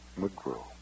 McGrew